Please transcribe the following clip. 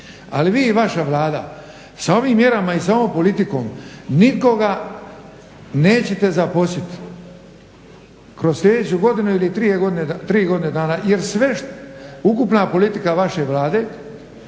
Ali vi i vaša Vlada sa ovim mjerama i sa ovom politikom nikoga nećete zaposliti kroz sljedeću godinu ili tri godine dana jer sve, ukupna politika vaše Vlade